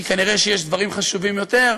כי כנראה יש דברים חשובים יותר,